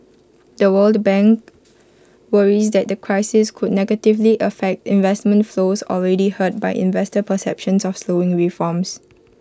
the world bank worries that the crisis could negatively affect investment flows already hurt by investor perceptions of slowing reforms